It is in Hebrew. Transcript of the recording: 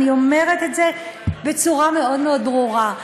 אני אומרת את זה בצורה מאוד מאוד ברורה.